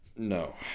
no